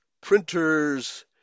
printers